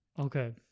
Okay